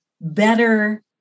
better